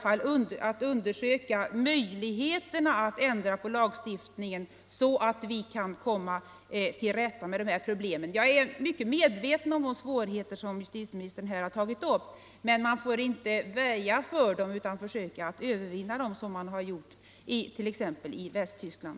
Man måste undersöka möjligheterna att ändra lagstiftningen så att vi kan komma till rätta med problemen. Jag är väl medveten om de svårigheter som justitieministern här pekade på, men jag anser att vi inte får väja för dem utan i stället försöka övervinna dem, som man har gjort t.ex. i Västtyskland.